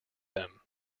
them